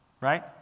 right